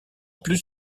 plus